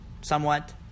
somewhat